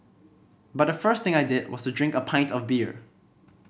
but the first thing I did was to drink a pint of beer